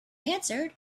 answered